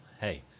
Hey